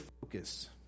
focus